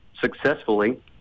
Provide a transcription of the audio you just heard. successfully